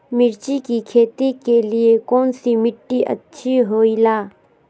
मिर्च की खेती के लिए कौन सी मिट्टी अच्छी होईला?